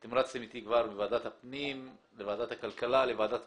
אתם רצתם איתי כבר מוועדת הפנים לוועדת הכלכלה ובחזרה לוועדת הפנים,